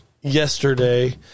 yesterday